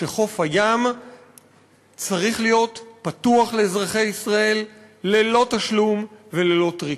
שחוף הים צריך להיות פתוח לאזרחי ישראל ללא תשלום וללא טריקים.